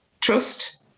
trust